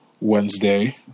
Wednesday